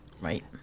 right